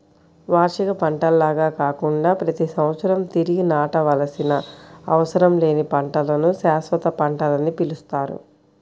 వార్షిక పంటల్లాగా కాకుండా ప్రతి సంవత్సరం తిరిగి నాటవలసిన అవసరం లేని పంటలను శాశ్వత పంటలని పిలుస్తారు